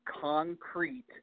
concrete